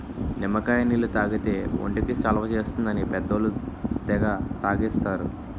నిమ్మకాయ నీళ్లు తాగితే ఒంటికి చలవ చేస్తుందని పెద్దోళ్ళు తెగ తాగేస్తారు